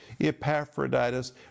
Epaphroditus